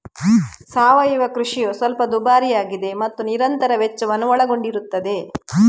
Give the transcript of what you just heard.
ಸಾವಯವ ಕೃಷಿಯು ಸ್ವಲ್ಪ ದುಬಾರಿಯಾಗಿದೆ ಮತ್ತು ನಿರಂತರ ವೆಚ್ಚವನ್ನು ಒಳಗೊಂಡಿರುತ್ತದೆ